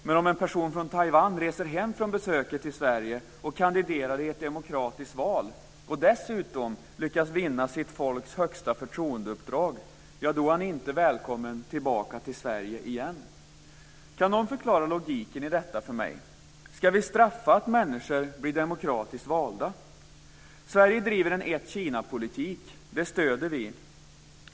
Men om en person från Taiwan reser hem från besöket i Sverige, kandiderar i ett demokratiskt val och dessutom lyckas vinna sitt folks högsta förtroendeuppdrag, är han inte välkommen tillbaka till Sverige. Kan någon förklara logiken i detta för mig? Ska vi straffa att människor blir demokratiskt valda? Sverige driver en ett-Kina-politik. Det stöder vi.